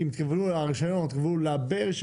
אם התכוונו לרישיון או ברישיון,